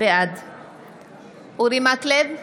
בעד אורי מקלב,